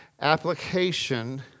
application